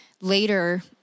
later